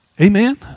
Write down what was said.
Amen